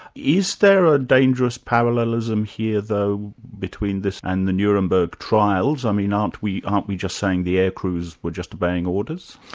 is there a dangerous parallelism here though between this and the nuremberg trials? i mean aren't we aren't we just saying the air crews were just obeying orders?